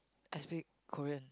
I speak Korean